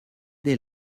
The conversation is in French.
des